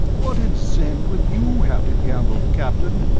what in zen would you have to gamble, captain?